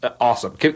awesome